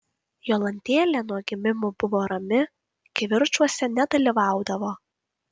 jolantėlė nuo gimimo buvo rami kivirčuose nedalyvaudavo